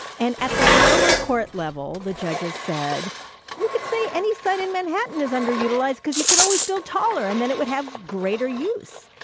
and at the lower court level, the judges said you could see any site in manhattan is under utilized because you could always build taller and then it would have greater use.